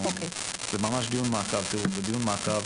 זה דיון מעקב.